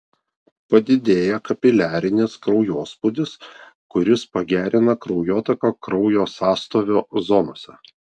padidėja kapiliarinis kraujospūdis kuris pagerina kraujotaką kraujo sąstovio zonose